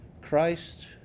Christ